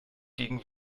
gegen